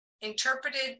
interpreted